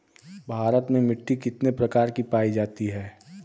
भारत में मिट्टी कितने प्रकार की पाई जाती हैं?